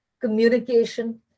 communication